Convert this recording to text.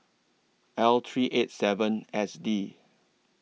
L three eight seven S D